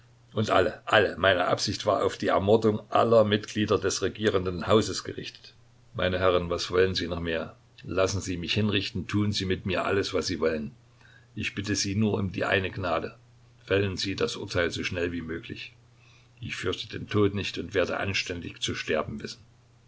und alle alle meine absicht war auf die ermordung aller mitglieder des regierenden hauses gerichtet meine herren was wollen sie noch mehr lassen sie mich hinrichten tun sie mit mir alles was sie wollen ich bitte sie nur um die eine gnade fällen sie das urteil so schnell wie möglich ich fürchte den tod nicht und werde anständig zu sterben wissen